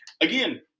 Again